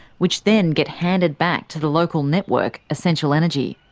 which then get handed back to the local network, essential energy.